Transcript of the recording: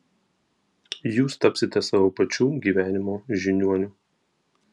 jūs tapsite savo pačių gyvenimo žiniuoniu